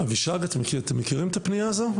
אבישג, אתם מכירים את הפנייה הזו?